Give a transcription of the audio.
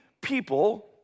people